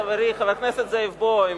חברי חבר הכנסת זאב בוים,